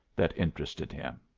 that interested him.